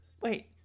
wait